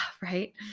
right